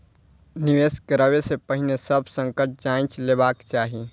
निवेश करै से पहिने सभ संकट जांइच लेबाक चाही